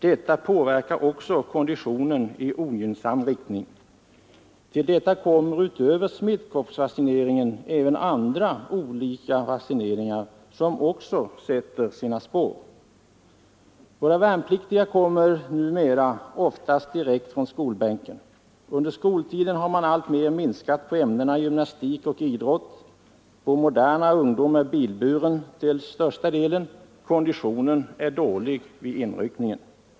Detta påverkar också konditionen i ogynnsam riktning. Till detta kommer utöver smittkoppsvaccinering olika andra vaccineringar, som också sätter sina spår. Våra värnpliktiga kommer numera oftast direkt från skolbänken. Man har alltmer minskat på ämnena gymnastik och idrott. Vår moderna ungdom är till största delen ”bilburen”. Konditionen är därför dålig vid inryckningen.